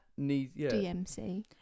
DMC